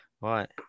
Right